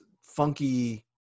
funky